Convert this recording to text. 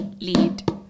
lead